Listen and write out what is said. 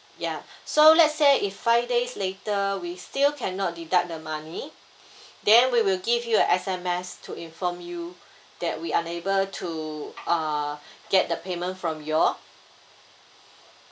yeah so let's say if five days later we still cannot deduct the money then we will give you an S_M_S to inform you that we unable to uh get the payment from your